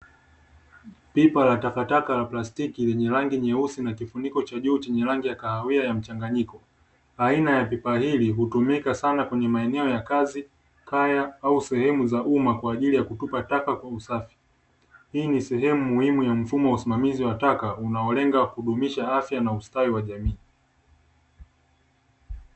Pipa la takataka la plastiki lenye rangi nyeusi na kifuniko cha juu chenye rangi ya kahawia ya mchangayiko. Aina ya pipa hili hutumika sana kwenye maeneo ya kazi, kaya au sehemu za uma kwa ajili ya kutupa taka kwa usafi. Hii ni sehemu muhimu ya mfumo wa usimamizi wa taka, unaolenga kudumisha afya na ustawi wa jamii.